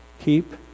keep